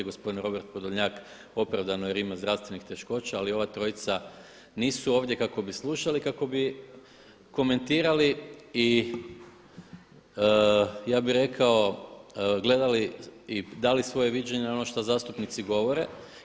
Gospodin Robert Podolnjak opravdano jer ima zdravstvenih teškoća ali ova trojca nisu ovdje kako bi slušali, kako bi komentirali i ja bih rekao gledali i dali svoje viđenje na ono što zastupnici govore.